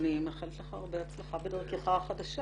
אני מאחלת לך הרבה הצלחה בדרכך החדשה